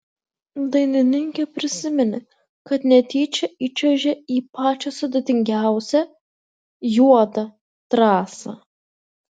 dainininkė prisiminė kad netyčia įčiuožė į pačią sudėtingiausią juodą trasą